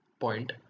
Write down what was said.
point